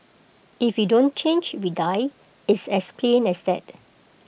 if we don't change we die it's as plain as that